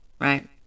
right